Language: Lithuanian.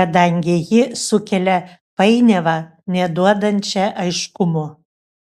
kadangi ji sukelia painiavą neduodančią aiškumo